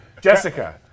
Jessica